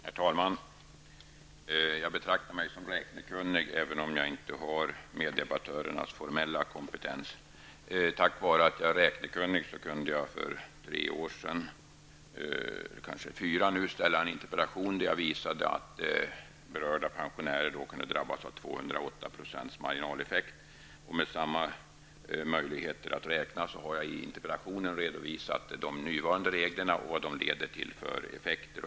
Herr talman! Jag betraktar mig själv som räknekunnig, även om jag inte har meddebattörernas formella kompetens. Tack vare att jag är räknekunnig kunde jag för ungefär fyra år sedan framställa en interpellation där jag visade att berörda pensionärer kunde drabbas av 208 % marginaleffekt. Med samma möjligheter att räkna har jag i dagens interpellation redovisat de nuvarande reglerna och vad de leder till för effekter.